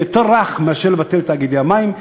זה יהיה יותר רך מאשר ביטול תאגידי המים,